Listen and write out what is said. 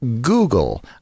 Google